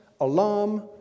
alarm